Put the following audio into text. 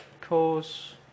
cause